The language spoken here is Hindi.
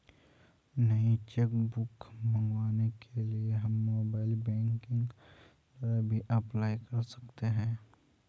नई चेक बुक मंगवाने के लिए हम मोबाइल बैंकिंग द्वारा भी अप्लाई कर सकते है